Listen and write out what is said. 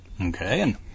Okay